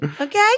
Okay